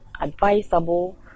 advisable